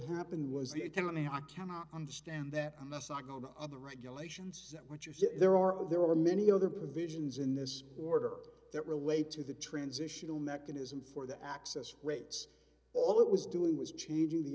happened was they tell me i cannot understand that unless i go to other regulations that what you say there are there are many other provisions in this order that relate to the transitional mechanism for the access rates all it was doing was changing the